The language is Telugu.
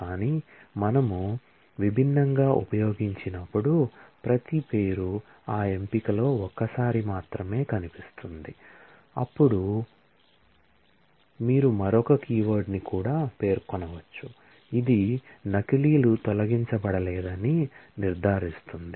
కానీ మనము విభిన్నంగా ఉపయోగించినప్పుడు ప్రతి పేరు ఆ ఎంపికలో ఒక్కసారి మాత్రమే కనిపిస్తుంది అప్పుడు మీరు మరొక కీవర్డ్ ని కూడా పేర్కొనవచ్చు ఇది నకిలీలు తొలగించబడలేదని నిర్ధారిస్తుంది